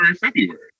February